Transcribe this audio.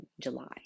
July